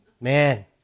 Man